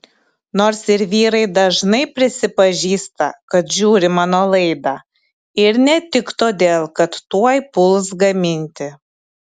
nors ir vyrai dažnai prisipažįsta kad žiūri mano laidą ir ne tik todėl kad tuoj puls gaminti